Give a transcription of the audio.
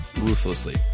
ruthlessly